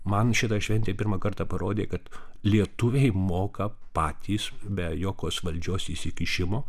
man šita šventė pirmą kartą parodė kad lietuviai moka patys be jokios valdžios įsikišimo